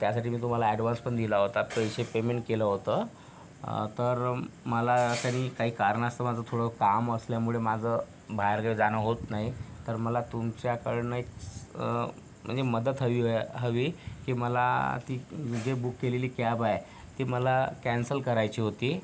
त्यासाठी मी तुम्हाला ॲडवान्स पण दिला होता पैसे पेमेंट केलं होतं तर मला तरी काही कारणास्तव माझं थोडं काम असल्यामुळे माझं बाहेर गावी जाणं होत नाही तर मला तुमच्या कडनं एक स म्हणजे मदत हवी आहे हवी की मला ती मी जे बुक केलेली कॅब आहे ती मला कॅन्सल करायची होती